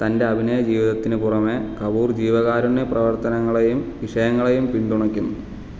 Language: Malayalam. തൻ്റെ അഭിനയ ജീവിതത്തിന് പുറമേ കപൂർ ജീവകാരുണ്യ പ്രവർത്തനങ്ങളെയും വിഷയങ്ങളെയും പിന്തുണയ്ക്കുന്നു